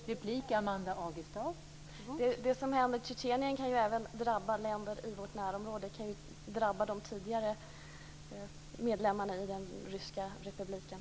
Fru talman! Det som händer i Tjetjenien kan ju även drabba länder i vårt närområde. Det kan ju drabba de tidigare medlemmarna i f.d. Sovjetunionen.